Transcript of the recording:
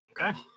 Okay